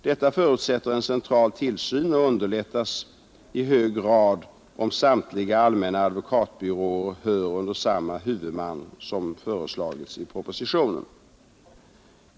Detta förutsätter en central tillsyn och underlättas i hög grad om samtliga allmänna advokatbyråer står under samma huvudman såsom föreslagits i propositionen.